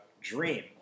dream